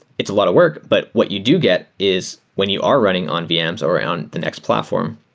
it's a lot of work, but what you do get is when you are running on vms or on the next platform,